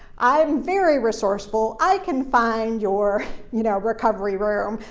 i am very resourceful. i can find your you know recovery room.